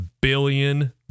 billion